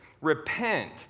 Repent